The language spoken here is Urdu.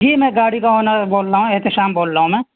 جی میں گاڑی کا آنر بول رہا ہوں احتشام بول رہا ہوں میں